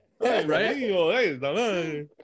right